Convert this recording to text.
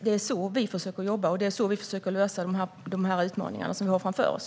Det är så vi försöker jobba och lösa de utmaningar vi har framför oss.